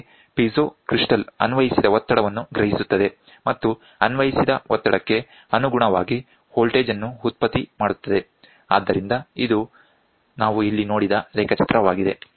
ಹೀಗೆ piezo crystal ಅನ್ವಯಿಸಿದ ಒತ್ತಡವನ್ನು ಗ್ರಹಿಸುತ್ತದೆ ಮತ್ತು ಅನ್ವಯಿಸಿದ ಒತ್ತಡಕ್ಕೆ ಅನುಗುಣವಾಗಿ ವೋಲ್ಟೇಜ್ ಅನ್ನು ಉತ್ಪತ್ತಿ ಮಾಡುತ್ತದೆ ಆದ್ದರಿಂದ ಇದು ನಾವು ಇಲ್ಲಿ ನೋಡಿದ ರೇಖಾಚಿತ್ರವಾಗಿದೆ